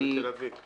בתל אביב לא נפגעים.